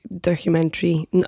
documentary